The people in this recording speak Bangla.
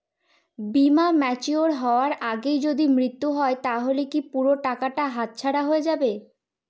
বীমা ম্যাচিওর হয়ার আগেই যদি মৃত্যু হয় তাহলে কি পুরো টাকাটা হাতছাড়া হয়ে যাবে?